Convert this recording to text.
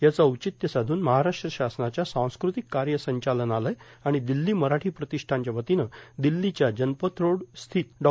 याचं और्चित्य साधून महाराष्ट्र शासनाच्या सांस्कृतिक काय संचालनालय आर्गाण र्दिल्लों मराठी प्रातष्ठानच्यावतीनं दिल्लांच्या जनपथ रोड स्थित डॉ